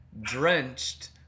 drenched